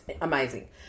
amazing